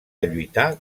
lluitar